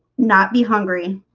not be hungry